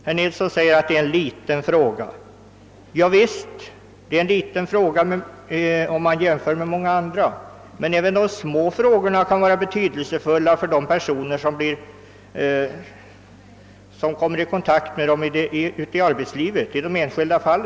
Herr Nilsson sade att det är en liten fråga. Ja, visst är det ett litet spörsmål jämfört med många andra, men även de små frågorna kan vara betydelsefulla för de berörda personerna.